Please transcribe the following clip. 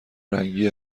رنگی